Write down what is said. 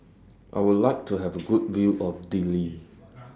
I Would like to Have A Good View of Dili